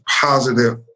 positive